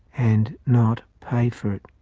and not pay for it.